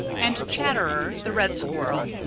and chatterer the red squirrel,